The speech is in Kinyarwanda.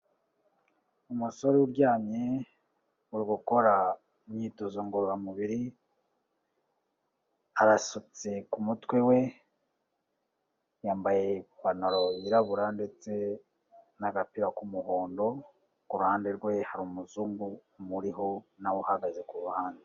Umusore uryamye uri gukora imyitozo ngororamubiri, arasutse ku mutwe we, yambaye ipantaro yirabura ndetse n'agapira k'umuhondo, kuruhande rwe hari umuzungu uriho nawe uhagaze kuruhande.